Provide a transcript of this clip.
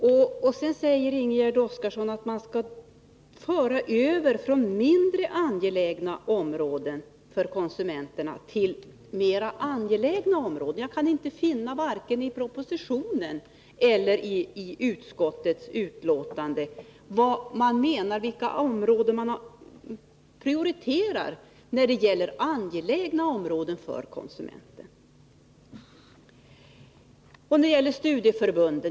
Ingegärd Oskarsson säger också att man skall föra över resurser från för konsumenterna mindre angelägna områden till mera angelägna områden. Jag kan inte vare sig i propositionen eller i utskottets betänkande finna vilka områden det är som man prioriterar som angelägna för konsumenterna.